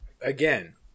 Again